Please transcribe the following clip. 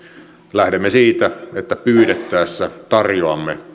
lähdemme siitä että pyydettäessä tarjoamme